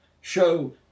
show